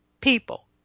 people